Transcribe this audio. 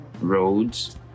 roads